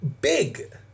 big